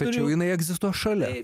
tačiau jinai egzistuos šalia